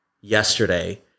yesterday